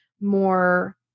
more